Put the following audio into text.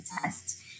test